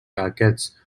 aquests